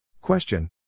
Question